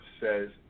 says